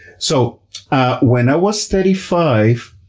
so when i was thirty five,